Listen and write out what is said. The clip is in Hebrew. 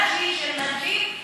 משום שהיא של נשים,